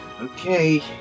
Okay